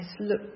look